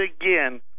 again